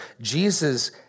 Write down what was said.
Jesus